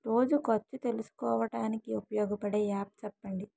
రోజు ఖర్చు తెలుసుకోవడానికి ఉపయోగపడే యాప్ చెప్పండీ?